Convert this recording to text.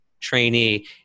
trainee